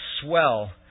swell